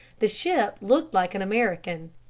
the ship looked like an american.